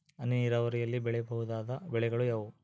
ಹನಿ ನೇರಾವರಿಯಲ್ಲಿ ಬೆಳೆಯಬಹುದಾದ ಬೆಳೆಗಳು ಯಾವುವು?